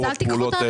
אלה תקנות אחרות.